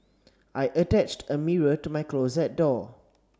I attached a mirror to my closet door